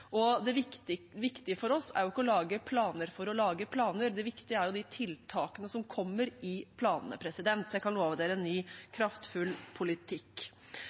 Det viktige for oss er jo ikke å lage planer for å lage planer. Det viktige er de tiltakene som kommer i planene. Så jeg kan love en ny, kraftfull politikk.